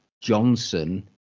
johnson